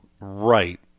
Right